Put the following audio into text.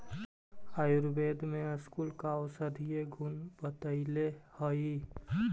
आयुर्वेद में स्कूल का औषधीय गुण बतईले हई